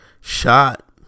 shot